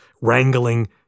wrangling